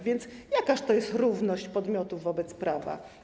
Więc jakaż to jest równość podmiotów wobec prawa?